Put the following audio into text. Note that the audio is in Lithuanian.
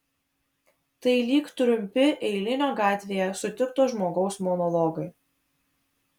tai lyg trumpi eilinio gatvėje sutikto žmogaus monologai